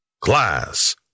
Class